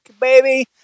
baby